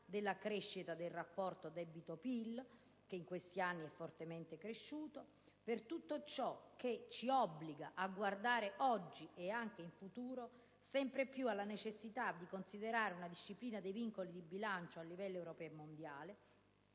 finanziaria, del rapporto tra debito e PIL (che in questi anni è fortemente cresciuto), per tutto ciò che ci obbliga a guardare oggi e anche in futuro sempre più alla necessità di considerare una disciplina dei vincoli di bilancio a livello europeo e mondiale,